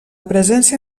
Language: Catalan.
presència